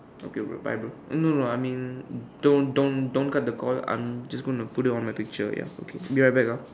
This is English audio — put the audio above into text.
okay bro bye bro no no I mean don't don't don't cut the call I'm just going to put it on my picture be right back ah